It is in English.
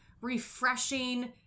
refreshing